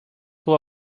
full